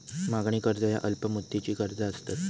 मागणी कर्ज ह्या अल्प मुदतीची कर्जा असतत